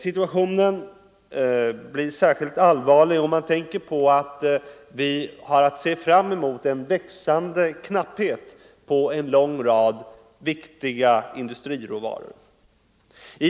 Ekvationen ter sig särskilt allvarlig om man tänker på att vi har att se fram emot en växande knapphet på en lång rad viktiga industriråvaror.